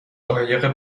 قایق